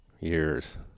years